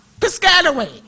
Piscataway